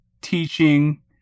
teaching